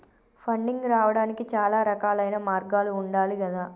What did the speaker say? funding రావడానికి చాలా రకాలైన మార్గాలు ఉండాలి గదా